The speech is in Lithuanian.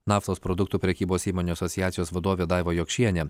naftos produktų prekybos įmonių asociacijos vadovė daiva jokšienė